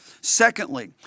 Secondly